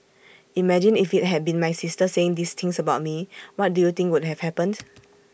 imagine if IT had been my sister saying these things about me what do you think would have happened